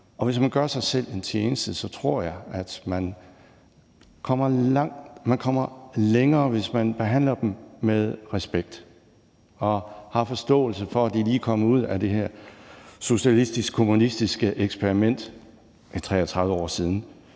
Og hvis man vil gøre sig selv en tjeneste, tror jeg, at man kommer længere, hvis man behandler dem med respekt og har forståelse for, at de lige er kommet ud af det her socialistisk-kommunistiske eksperiment. Det er 33 år siden,